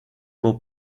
more